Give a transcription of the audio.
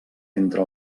entre